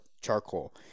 charcoal